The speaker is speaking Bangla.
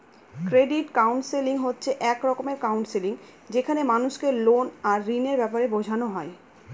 ক্রেডিট কাউন্সেলিং হচ্ছে এক রকমের কাউন্সেলিং যেখানে মানুষকে লোন আর ঋণের ব্যাপারে বোঝানো হয়